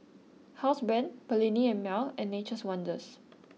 Housebrand Perllini and Mel and Nature's Wonders